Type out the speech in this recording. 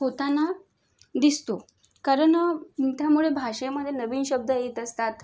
होताना दिसतो कारण त्यामुळे भाषेमधे नवीन शब्द येत असतात